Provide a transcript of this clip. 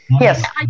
yes